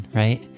right